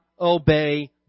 obey